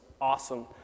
awesome